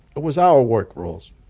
it was our work rules.